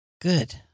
Good